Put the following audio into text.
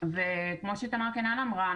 כמו שתמר קינן אמרה,